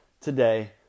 today